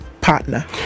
partner